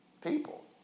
People